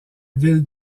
ville